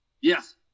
Yes